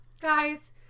Guys